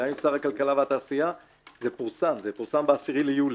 גם עם שר התעשייה והכלכלה זה פורסם ב-10 ביולי.